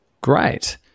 Great